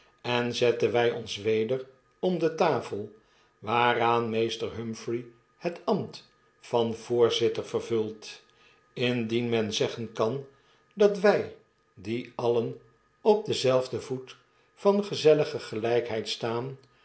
en zetten w ons weder om de tafel waaraan meester humphrey het ambt van voorzitter vervult indien men zeggen kan dat wy die alien op denzelfden voet van gezellige gelpheid staan